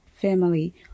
family